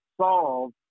solve